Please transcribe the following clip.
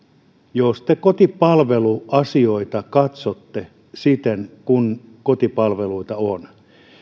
jos te kotipalveluasioita katsotte siten kuin kotipalveluita on